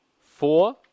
four